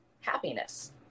happiness